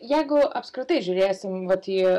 jeigu apskritai žiūrėsim vat į